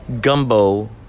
gumbo